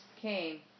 came